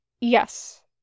yes